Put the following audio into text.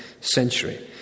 century